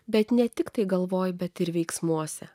bet ne tiktai galvoji bet veiksmuose